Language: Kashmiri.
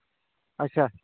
اچھا